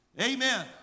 Amen